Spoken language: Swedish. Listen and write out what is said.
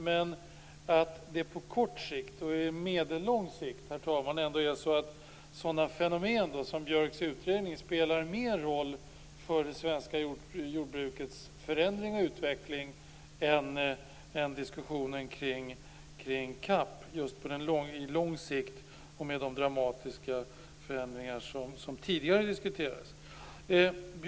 Men på kort och medellång sikt är det ändå så att fenomen som Björks utredning spelar större roll för det svenska jordbrukets förändring och utveckling än diskussionen kring CAP på lång sikt med de dramatiska förändringar som tidigare diskuterades.